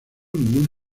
ningún